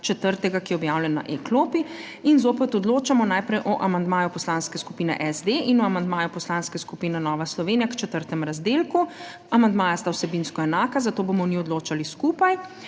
24. 4., ki je objavljen na e-klopi. In zopet odločamo najprej o amandmaju Poslanske skupine SD in o amandmaju Poslanske skupine Nova Slovenija k četrtemu razdelku. Amandmaja sta vsebinsko enaka, zato o njiju odločali skupaj.